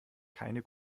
keine